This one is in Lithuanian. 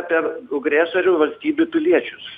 apie agresorių valstybių piliečiams